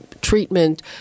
treatment